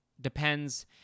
Depends